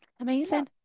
amazing